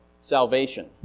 salvation